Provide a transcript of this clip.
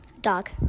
Dog